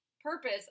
purpose